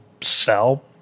sell